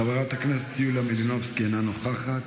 חברת הכנסת יוליה מלינובסקי, אינה נוכחת,